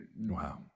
Wow